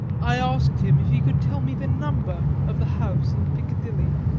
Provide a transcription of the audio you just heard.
i asked him if he could tell me the number of the house in piccadilly,